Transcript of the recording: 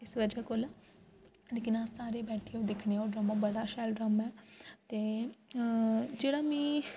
अस बैठे कोल लेकिन अस सारे बैठिये ओह् दिक्खने आं ओह् ड्रामा बड़ा शैल ड्रामा ऐ ते जेह्ड़ा मिगी